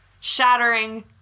shattering